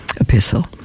epistle